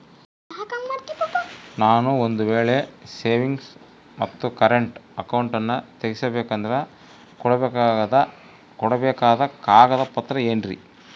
ನಾನು ಒಂದು ವೇಳೆ ಸೇವಿಂಗ್ಸ್ ಮತ್ತ ಕರೆಂಟ್ ಅಕೌಂಟನ್ನ ತೆಗಿಸಬೇಕಂದರ ಕೊಡಬೇಕಾದ ಕಾಗದ ಪತ್ರ ಏನ್ರಿ?